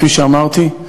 כפי שאמרתי.